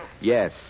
Yes